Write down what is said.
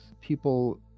People